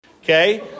Okay